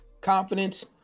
confidence